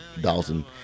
Dawson